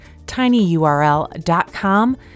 tinyurl.com